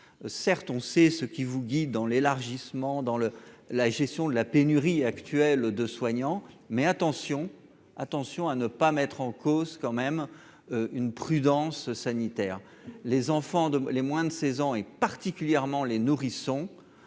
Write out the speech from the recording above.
certes, on sait ce qui vous guide dans l'élargissement dans le la gestion de la pénurie actuelle de soignants, mais attention, attention à ne pas mettre en cause quand même une prudence sanitaire, les enfants de les moins de 16 ans et particulièrement les nourrissons